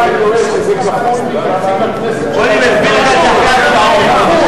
הכנסת, לשנת הכספים 2011, נתקבל.